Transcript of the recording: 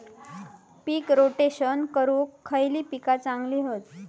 पीक rotation करूक खयली पीका चांगली हत?